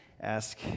ask